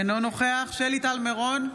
אינו נוכח שלי טל מירון,